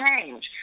change